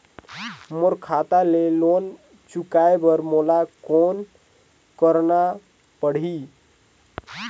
मोर खाता ले लोन चुकाय बर मोला कौन करना पड़ही?